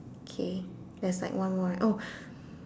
K there's like one more right oh